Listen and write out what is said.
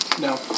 No